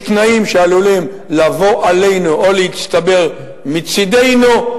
בתנאים שעלולים לבוא עלינו או להצטבר בצדנו,